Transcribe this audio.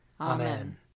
Amen